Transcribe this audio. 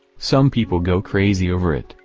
some people go crazy over it,